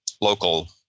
local